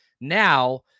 Now